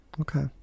okay